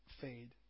fade